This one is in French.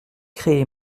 créé